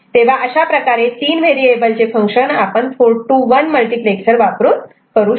तेव्हा अशा प्रकारे तीन व्हेरिएबल चे फंक्शन आपण 4 to 1 मल्टिप्लेक्सर वापरून करू शकतो